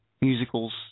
musicals